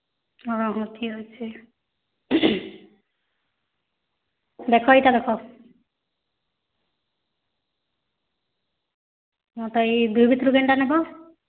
ହଁ ହଁ ଠିକ୍ ଅଛେ ଦେଖ ଇଟା ଦେଖ ହଁ ତ ଏ ଦୁଇ ଭିତ୍ରୁ କେନ୍ଟା ନେବ